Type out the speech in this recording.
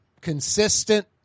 Consistent